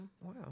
Wow